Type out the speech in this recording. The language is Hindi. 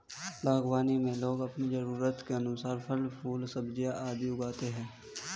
बागवानी में लोग अपनी जरूरत के अनुसार फल, फूल, सब्जियां आदि उगाते हैं